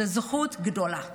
זו זכות גדולה.